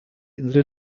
insel